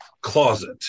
closet